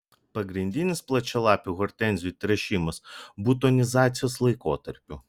pagrindinis plačialapių hortenzijų tręšimas butonizacijos laikotarpiu